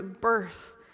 birth